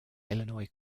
illinois